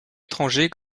étrangers